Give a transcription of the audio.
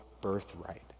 birthright